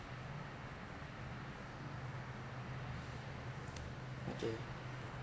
okay